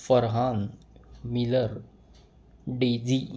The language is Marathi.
Farhan Miller Daisy